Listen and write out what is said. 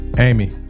amy